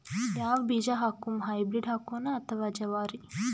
ಯಾವ ಬೀಜ ಹಾಕುಮ, ಹೈಬ್ರಿಡ್ ಹಾಕೋಣ ಅಥವಾ ಜವಾರಿ?